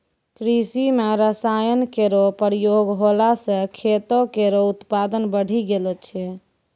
कृषि म रसायन केरो प्रयोग होला सँ खेतो केरो उत्पादन बढ़ी गेलो छै